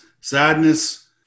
sadness